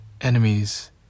enemies